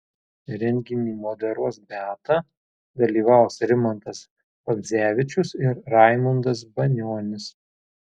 renginį moderuos beata dalyvaus rimantas bagdzevičius ir raimundas banionis